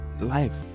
life